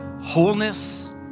wholeness